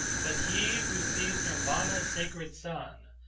but he who sees nirvana's sacred sun,